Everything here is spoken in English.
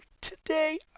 today